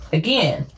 again